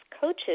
coaches